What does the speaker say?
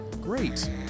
Great